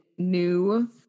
new